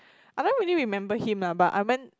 I don't really remember him lah but I went